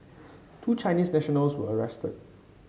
two Chinese nationals were arrested